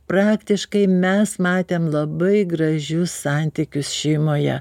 praktiškai mes matėm labai gražius santykius šeimoje